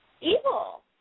evil